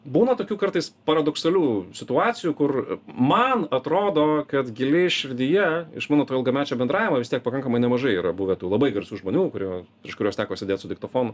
būna tokių kartais paradoksalių situacijų kur man atrodo kad giliai širdyje iš mano to ilgamečio bendravimo vis tiek pakankamai nemažai yra buvę tų labai garsių žmonių kurių prieš kurios teko sėdėt su diktofonu